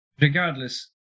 regardless